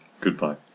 Goodbye